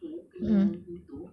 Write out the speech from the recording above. mmhmm